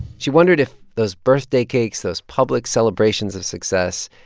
she wondered if those birthday cakes, those public celebrations of success,